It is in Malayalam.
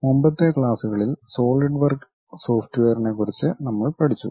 മുമ്പത്തെ ക്ലാസുകളിൽ സോളിഡ് വർക്ക് സോഫ്റ്റ്വെയറിനെക്കുറിച്ച് നമ്മൾ പഠിച്ചു